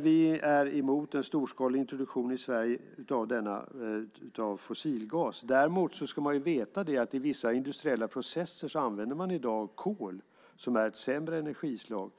Vi är emot en storskalig introduktion i Sverige av fossilgas. Däremot ska man veta att man i vissa industriella processer använder kol som är ett sämre energislag.